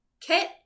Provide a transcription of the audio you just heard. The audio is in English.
kit